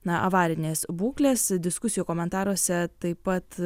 na avarinės būklės diskusijų komentaruose taip pat